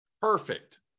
perfect